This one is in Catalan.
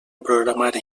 programari